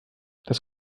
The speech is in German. das